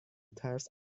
ترس